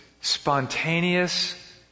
spontaneous